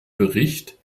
bericht